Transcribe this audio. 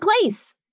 place